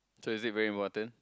so is it very important